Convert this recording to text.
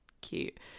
cute